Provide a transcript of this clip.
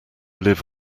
live